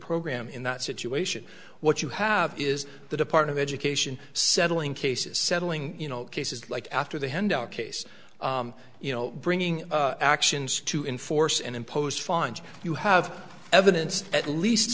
program in that situation what you have is that apart of education settling cases settling you know cases like after they handle a case you know bringing actions to enforce and impose fines you have evidence at least